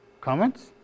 Comments